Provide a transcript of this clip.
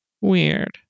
Weird